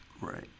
Right